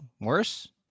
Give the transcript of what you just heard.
worse